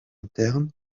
internes